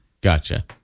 Gotcha